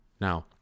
Now